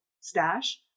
stash